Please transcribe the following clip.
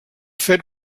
fet